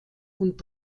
und